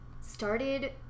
started